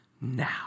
Now